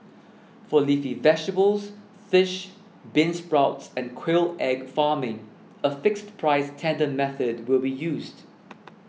for leafy vegetables fish beansprouts and quail egg farming a fixed price tender method will be used